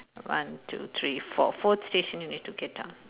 one two three four fourth station you need to get down